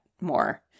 more